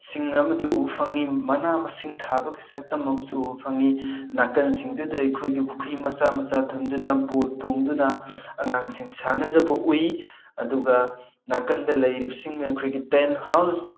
ꯁꯤꯡ ꯑꯃꯗꯤ ꯎꯕ ꯐꯪꯉꯤ ꯃꯅꯥ ꯃꯁꯤꯡ ꯊꯥꯕꯒꯤ ꯁꯛꯇꯝ ꯑꯃꯁꯨ ꯎꯕ ꯐꯪꯉꯤ ꯅꯥꯀꯟꯁꯤꯡꯗꯨꯗ ꯑꯩꯈꯣꯏꯒꯤ ꯄꯨꯈ꯭ꯔꯤ ꯃꯆꯥ ꯃꯆꯥ ꯊꯝꯗꯨꯅ ꯕꯣꯠ ꯇꯣꯡꯗꯨꯅ ꯑꯉꯥꯡꯁꯤꯡ ꯁꯥꯟꯅꯖꯕ ꯎꯏ ꯑꯗꯨꯒ ꯅꯥꯀꯟꯗ ꯂꯩꯔꯤꯕꯁꯤꯡꯅ ꯑꯩꯈꯣꯏꯒꯤ ꯇꯦꯟ ꯍꯥꯎꯁ